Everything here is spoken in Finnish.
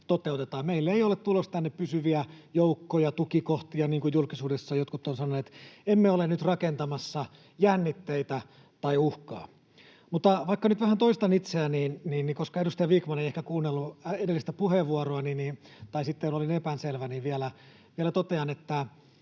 Meille ei ole tulossa tänne pysyviä joukkoja tai tukikohtia, niin kuin julkisuudessa jotkut ovat sanoneet. Emme ole nyt rakentamassa jännitteitä tai uhkaa. Mutta vaikka nyt vähän toistan itseäni, niin koska edustaja Vikman ei ehkä kuunnellut edellistä puheenvuoroani tai sitten olin epäselvä, vielä totean,